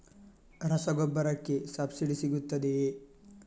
ರಸಗೊಬ್ಬರಕ್ಕೆ ಸಬ್ಸಿಡಿ ಸಿಗುತ್ತದೆಯೇ?